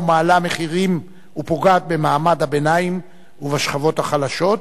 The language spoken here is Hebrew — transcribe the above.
מעלה מחירים ופוגעת במעמד הביניים ובשכבות החלשות.